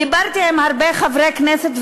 דיברתי עם הרבה חברי כנסת,